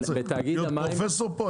מה, אני צריך להיות פרופסור פה?